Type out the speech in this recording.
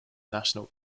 national